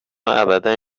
ابدا